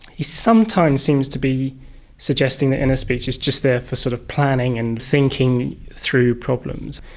he sometimes seems to be suggesting that inner speech is just there for sort of planning and thinking through problems.